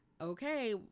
okay